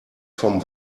vom